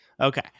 Okay